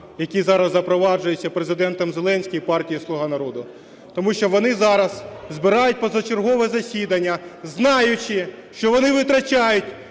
які зараз запроваджуються Президентом Зеленським і партією "Слуга народу". Тому що вони зараз збирають позачергове засідання, знаючи, що вони витрачають